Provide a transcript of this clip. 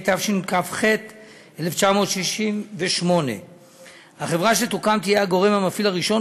התשכ"ח 1968. החברה שתוקם תהיה הגורם המפעיל הראשון,